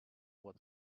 was